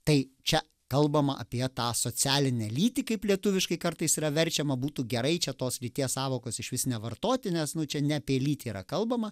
tai čia kalbama apie tą socialinę lytį kaip lietuviškai kartais yra verčiama būtų gerai čia tos lyties sąvokos išvis nevartoti nes nu čia ne apie lytį yra kalbama